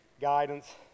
Guidance